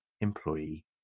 employee